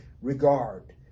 regard